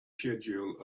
schedule